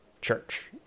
church